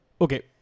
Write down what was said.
Okay